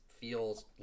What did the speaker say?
feels